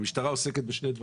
המשטרה עוסקת בשני דברים,